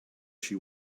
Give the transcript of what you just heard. she